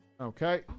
okay